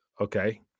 Okay